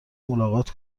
ملاقات